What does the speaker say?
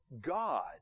God